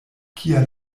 kia